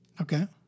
Okay